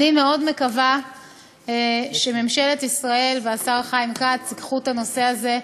אני מאוד מקווה שממשלת ישראל והשר חיים כץ ייקחו את הנושא הזה,